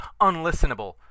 unlistenable